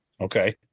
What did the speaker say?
Okay